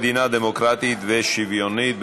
מדינה דמוקרטית ושוויונית.